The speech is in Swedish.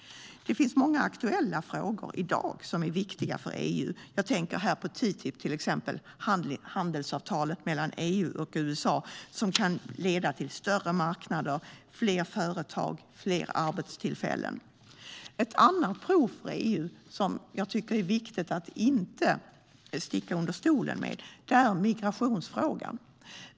Det finns många aktuella frågor i dag som är viktiga för EU. Jag tänker till exempel på TTIP, handelsavtalet mellan EU och USA, som kan leda till större marknader, fler företag och fler arbetstillfällen. Ett annat prov för EU som jag tycker att det är viktigt att vi inte sticker under stol med är migrationsfrågan.